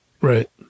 Right